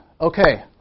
Okay